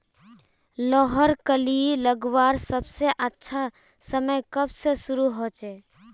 लहर कली लगवार सबसे अच्छा समय कब से शुरू होचए?